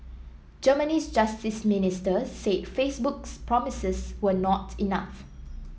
Germany's justice minister said Facebook's promises were not enough